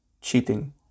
cheating